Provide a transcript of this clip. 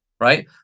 right